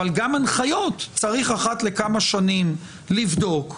אבל גם הנחיות צריך אחת לכמה שנים לבדוק,